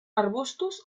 arbustos